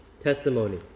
testimony